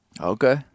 Okay